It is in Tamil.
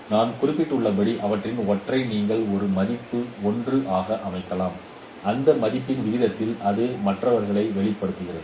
நான் குறிப்பிட்டுள்ளபடி அவற்றில் ஒன்றை நீங்கள் ஒரு மதிப்பு 1 ஆக அமைக்கலாம் அந்த மதிப்பின் விகிதத்தில் அது மற்றவர்களை வெளிப்படுத்துகிறது